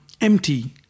empty